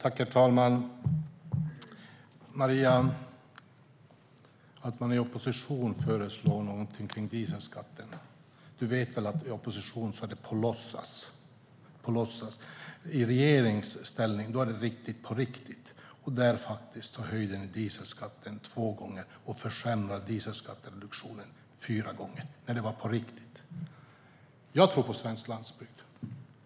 Herr talman! Maria Malmer Stenergard vet väl att i opposition föreslå någonting som gäller dieselskatten är på låtsas? I regeringsställning är det på riktigt. Under er regeringstid höjde ni dieselskatten två gånger och försämrade dieselskattereduktionen fyra gånger. Men det var på riktigt. Jag tror på svensk landsbygd.